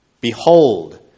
Behold